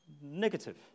Negative